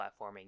platforming